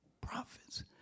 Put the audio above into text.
prophets